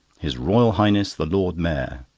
his royal highness, the lord mayor!